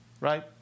right